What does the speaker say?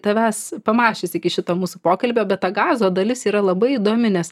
tavęs pamąsčius iki šito mūsų pokalbio bet ta gazo dalis yra labai įdomi nes